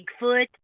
Bigfoot